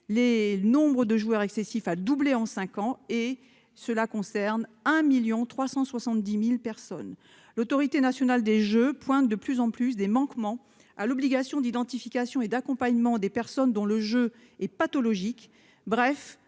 Le nombre de joueurs excessifs a doublé en cinq ans et cela concerne 1,37 million de personnes. L'Autorité nationale des jeux pointe de plus en plus des manquements à l'obligation d'identification et d'accompagnement des personnes dont le jeu est pathologique.